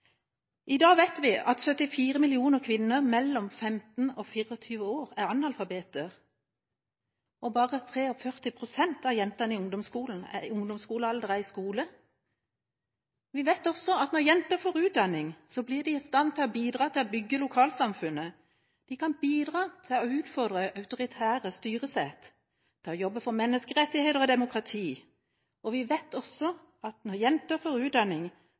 I dag vet vi at 74 millioner kvinner mellom 15 år og 24 år er analfabeter, og bare 43 pst. av jentene i ungdomsskolealder er i skole. Vi vet også at når jenter får utdanning, blir de i stand til å bidra til å bygge lokalsamfunnet, de kan bidra til å utfordre autoritære styresett, til å jobbe for menneskerettigheter og demokrati. Vi vet også at når jenter får utdanning, har det stor påvirkning på helsesituasjon og barnedødelighet. Når vi styrker jenters rett til utdanning,